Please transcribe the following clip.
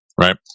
right